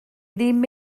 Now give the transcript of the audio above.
ddim